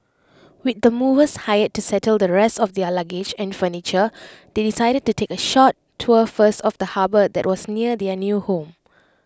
with the movers hired to settle the rest of their luggage and furniture they decided to take A short tour first of the harbour that was near their new home